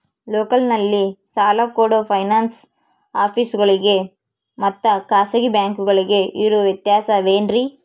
ಲೋಕಲ್ನಲ್ಲಿ ಸಾಲ ಕೊಡೋ ಫೈನಾನ್ಸ್ ಆಫೇಸುಗಳಿಗೆ ಮತ್ತಾ ಖಾಸಗಿ ಬ್ಯಾಂಕುಗಳಿಗೆ ಇರೋ ವ್ಯತ್ಯಾಸವೇನ್ರಿ?